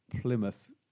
Plymouth